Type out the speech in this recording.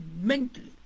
mentally